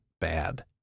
bad